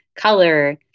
color